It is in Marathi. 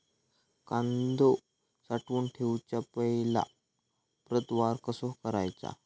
कांदो साठवून ठेवुच्या पहिला प्रतवार कसो करायचा?